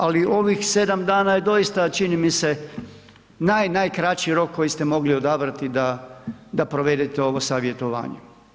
Ali, ovih 7 dana je doista, čini mi se naj, najkraći rok koji ste mogli odabrati da provedete ovo savjetovanje.